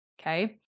Okay